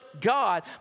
God